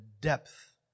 depth